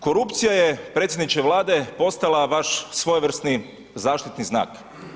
Korupcija je predsjedniče Vlade postala vaš svojevrsni zaštitni znak.